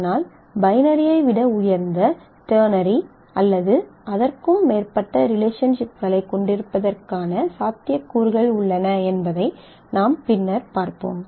ஆனால் பைனரியை விட உயர்ந்த டெர்னரி அல்லது அதற்கும் மேற்பட்ட ரிலேஷன்ஷிப்களைக் கொண்டிருப்பதற்கான சாத்தியக்கூறுகள் உள்ளன என்பதை நாம் பின்னர் பார்ப்போம்